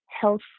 health